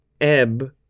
Ebb